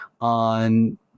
on